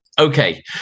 Okay